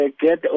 get